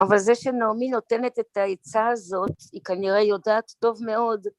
אבל זה שנעמי נותנת את העיצה הזאת, היא כנראה יודעת טוב מאוד